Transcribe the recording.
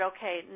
Okay